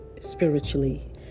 spiritually